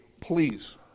please